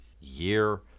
year